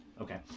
Okay